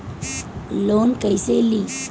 Loan कईसे ली?